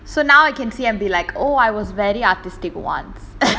so now I can see and be like oh I was very artistic once